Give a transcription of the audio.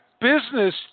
business